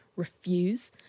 refuse